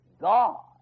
God